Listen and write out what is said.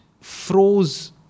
froze